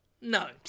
No